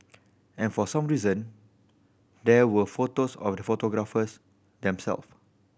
and for some reason there were photos of the photographers them self